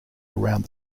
around